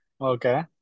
Okay